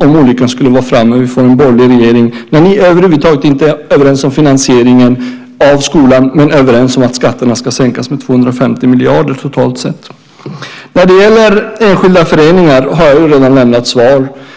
om olyckan skulle vara framme och vi får en borgerlig regering. Ni är över huvud taget inte överens om finansieringen av skolan men överens om att skatterna ska sänkas med 250 miljarder totalt sett. När det gäller enskilda föreningar har jag redan lämnat svar.